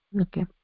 okay